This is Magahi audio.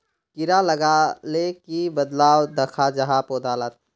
कीड़ा लगाले की बदलाव दखा जहा पौधा लात?